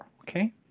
Okay